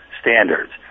standards